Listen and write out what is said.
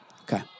Okay